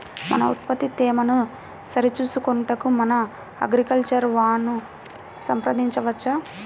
మన ఉత్పత్తి తేమను సరిచూచుకొనుటకు మన అగ్రికల్చర్ వా ను సంప్రదించవచ్చా?